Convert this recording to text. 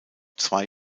zwei